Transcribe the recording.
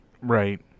Right